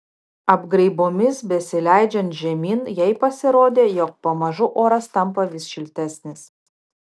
apgraibomis besileidžiant žemyn jai pasirodė jog pamažu oras tampa vis šiltesnis